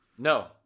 No